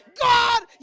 God